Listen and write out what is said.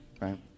Right